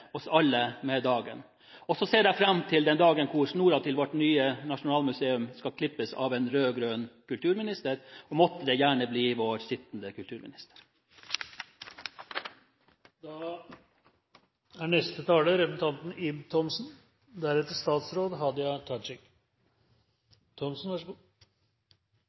oss alle med dagen. Jeg ser fram til den dagen da snoren til vårt nye nasjonalmuseum skal klippes av en rød-grønn kulturminister. Måtte det bli gjort av den sittende kulturminister! Nasjonalgalleriet er